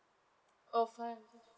oh five hundred